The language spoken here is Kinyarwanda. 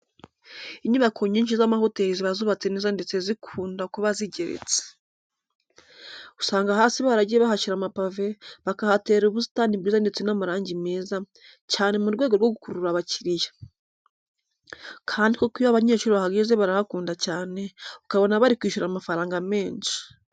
Inyubako nyinshi z'amahoteri ziba zubatse neza ndetse zikunda kuba zigeretse. Usanga hasi baragiye bahashyira amapave, bakahatera ubusitani bwiza ndetse n'amarangi meza cyane mu rwego rwo gukurura abakiriya, kandi koko iyo abanyeshuri bahageze barahakunda cyane ukabona bari kwishyura amafaranga menshi.